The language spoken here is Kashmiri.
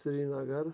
سریٖنگر